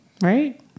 right